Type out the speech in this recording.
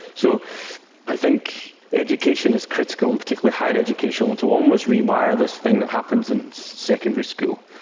so i think education is critical, and particularly higher education, and to almost rewire this thing that happens in secondary school,